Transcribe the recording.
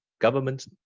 government